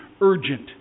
urgent